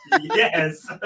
Yes